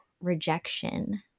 rejection